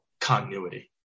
continuity